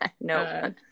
no